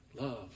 love